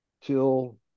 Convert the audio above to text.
till